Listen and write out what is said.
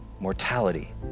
Mortality